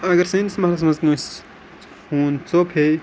اگر سٲنِس محلَس منٛز کٲنٛسہِ ہوٗن ژوٚپ ہیٚیہِ